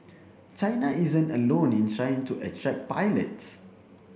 China isn't alone in trying to attract pilots